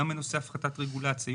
נושא הפחתת רגולציה,